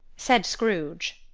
said scrooge,